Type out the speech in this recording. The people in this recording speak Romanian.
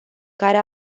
care